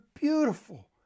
beautiful